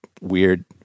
weird